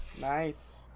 nice